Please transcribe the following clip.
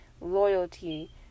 loyalty